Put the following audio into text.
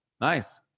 Nice